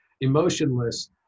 emotionless